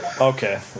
Okay